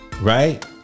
Right